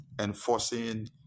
Enforcing